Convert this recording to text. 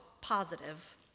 positive